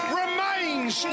remains